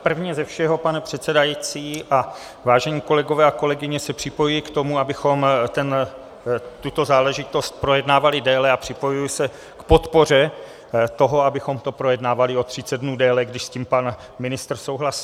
Prvně ze všeho, pane předsedající, vážení kolegové a kolegyně, se připojuji k tomu, abychom tuto záležitost projednávali déle, a připojuji se k podpoře toho, abychom to projednávali o 30 dnů déle, když s tím pan ministr souhlasí.